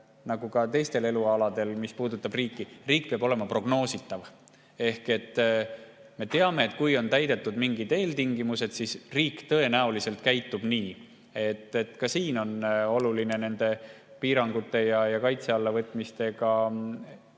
nagu ka teistel elualadel, mis puudutab riiki: riik peab olema prognoositav ehk me teame, et kui on täidetud mingid eeltingimused, siis riik tõenäoliselt nii käitub. Ka nende piirangute ja kaitse alla võtmiste